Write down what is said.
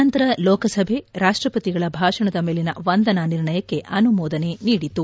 ನಂತರ ಲೋಕಸಭೆ ರಾಷ್ಟಪತಿಗಳ ಭಾಷಣದ ಮೇಲಿನ ವಂದನಾ ನಿರ್ಣಯಕ್ಕೆ ಅನುಮೋದನೆ ನೀದಿತು